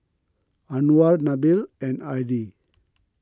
Anuar Nabil and Adi